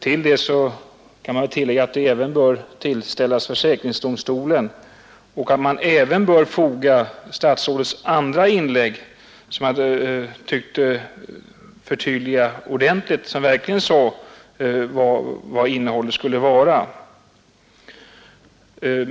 Man kan tillägga att det även bör tillställas försäkringsdomstolen och att statsrådets andra inlägg bör tillfogas; jag tyckte att det var ett ordentligt förtydligande och verkligen angav vad innehållet skulle vara.